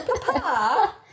Papa